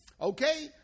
Okay